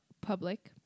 public